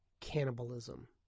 Cannibalism